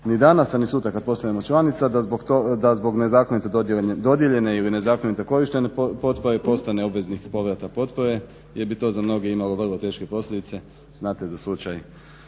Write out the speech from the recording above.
ni danas, a ni sutra kad postanemo članica da zbog nezakonito dodijeljene ili nezakonito korištene potpore postane obveznik povrata potpore jer bi to za mnoge imalo vrlo teške posljedice. Znate za slučaj